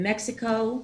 במקסיקו,